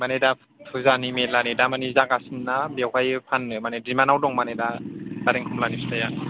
माने दा फुजानि मेलानि दा माने जागासिनो ना बेवहाय फान्नो माने दिमान्दाव दं माने दा नारें खमलानि फिथाइया